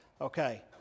Okay